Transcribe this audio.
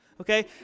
okay